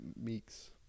Meeks